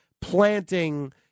planting